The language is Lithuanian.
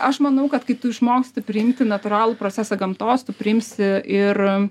aš manau kad kai tu išmoksti priimti natūralų procesą gamtos tu priimsi ir